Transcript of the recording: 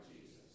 Jesus